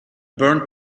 burnt